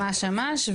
ממש ממש,